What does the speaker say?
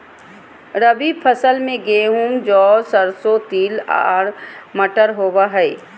रबी फसल में गेहूं, जौ, सरसों, तिल आरो मटर होबा हइ